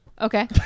Okay